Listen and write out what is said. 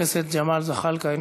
חבר הכנסת ג'מאל זחאלקה,